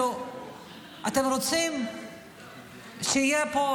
אתם רוצים שיהיה פה,